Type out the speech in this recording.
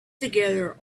together